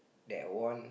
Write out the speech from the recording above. that won